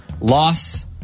loss